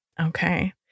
Okay